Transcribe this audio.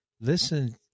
listen